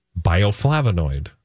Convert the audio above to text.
bioflavonoid